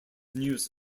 news